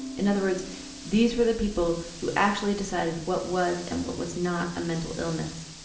in other words these were the people who actually decided what was and what was not a mental illness.